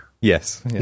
Yes